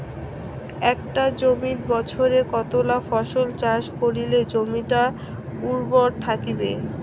একটা জমিত বছরে কতলা ফসল চাষ করিলে জমিটা উর্বর থাকিবে?